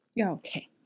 Okay